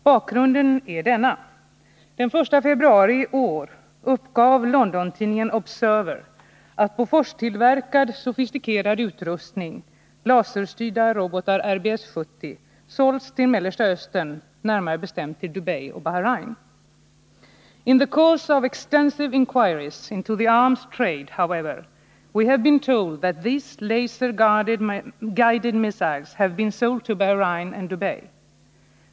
Bakgrunden är denna. Den 1 februari i år uppgav Londontidningen Observer att Boforstillverkad sofistikerad utrustning, laserstyrda robotar RBS 70, sålts till Mellersta Östern, närmare bestämt till Dubai och Bahrein. ”In the course of extensive inquiries into the arms trade however we have been told that these laser-guided missiles have been sold to Bahrain and Dubai.